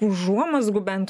užuomazgų bent